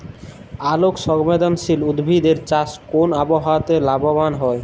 আলোক সংবেদশীল উদ্ভিদ এর চাষ কোন আবহাওয়াতে লাভবান হয়?